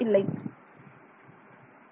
மாணவர் ஆம்